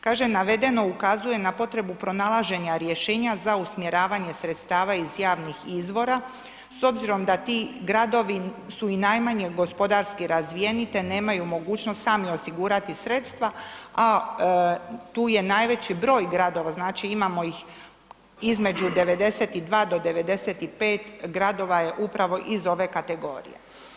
Kaže navedeno ukazuje na potrebu pronalaženja rješenje za usmjeravanje sredstava iz javnih izvora s obzirom da ti gardovi su i najmanje gospodarski razvijeni te nemaju mogućnost sami osigurati sredstva a tu je najveći broj, znači imamo ih između 92 do 95 gradova je upravo iz ove kategorije.